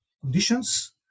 conditions